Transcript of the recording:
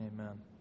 Amen